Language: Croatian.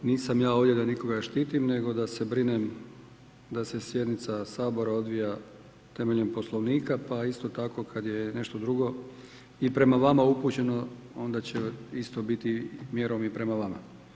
Nisam ja ovdje da nikoga štitim nego da se brinem da se sjednica Sabora odvija temeljem Poslovnika pa isto tako kad je nešto drugo i prema vama upućeno, onda će isto biti mjerovni prema vama.